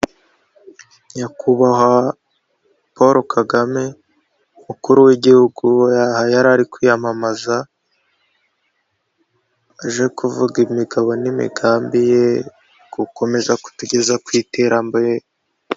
Nyakubahwa Paul Kagame umukuru w'igihugu, aha yari ari kwiyamamaza aje kuvuga imigabo n'imigambi ye gukomeza kutugeza ku iterambere.